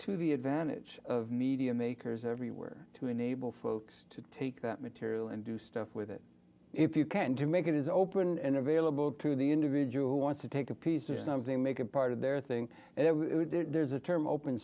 to the advantage of media makers everywhere to enable folks to take that material and do stuff with it if you can to make it is open and available to the individual who wants to take a piece in of they make it part of their thing and there's a term open